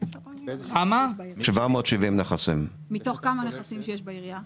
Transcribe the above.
מתוך כמה נכסים שיש בעירייה?